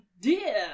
dear